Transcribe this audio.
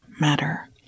matter